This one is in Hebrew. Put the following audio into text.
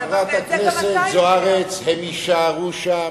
חברת הכנסת זוארץ, הם יישארו שם,